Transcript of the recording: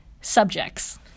subjects